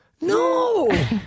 No